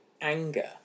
anger